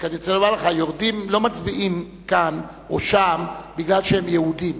רק אני צריך לומר לך: היורדים לא מצביעים כאן או שם כי הם יהודים.